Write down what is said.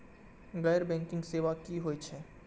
गैर बैंकिंग सेवा की होय छेय?